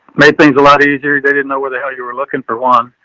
main things, a lot easier. they didn't know where the hell you were looking for one.